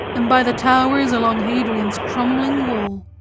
and by the towers along hadrian's crumbling wall.